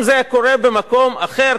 אם זה היה קורה במקום אחר,